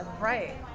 right